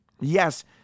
Yes